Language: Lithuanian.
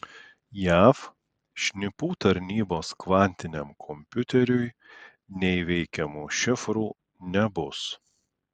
jav šnipų tarnybos kvantiniam kompiuteriui neįveikiamų šifrų nebus